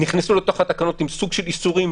נכנסו לתוך התקנות עם סוג של איסורים,